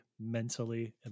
mentally